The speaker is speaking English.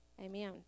amen